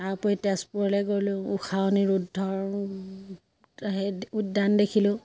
তাৰ উপৰি তেজপুৰলৈ গ'লোঁ ঊষা অনিৰুদ্ধৰ সেই উদ্যান দেখিলোঁ